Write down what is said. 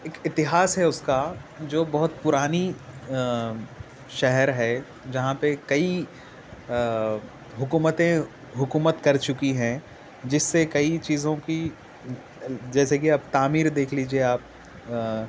اِک اتہاس ہے اُس کا جو بہت پرانی شہر ہے جہاں پہ کئی حکومتیں حکومت کر چکی ہیں جس سے کئی چیزوں کی جیسے کہ اب تعمیر دیکھ لیجیے آپ